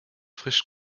frisch